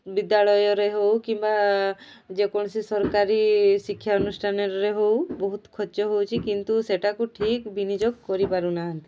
ବିଦ୍ୟାଳୟରେ ହେଉ କିମ୍ବା ଯେକୌଣସି ସରକାରୀ ଶିକ୍ଷାନୁଷ୍ଠାନରେ ହେଉ ବହୁତ ଖର୍ଚ୍ଚ ହେଉଛି କିନ୍ତୁ ସେଇଟାକୁ ଠିକ୍ ବିନିଯୋଗ କରିପାରୁନାହାନ୍ତି